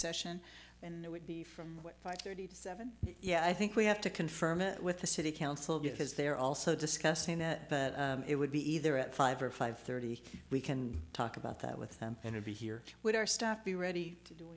session and it would be from five thirty seven yeah i think we have to confirm it with the city council because they're also discussing that it would be either at five or five thirty we can talk about that with them and be here with our staff be ready to do